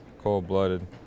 cold-blooded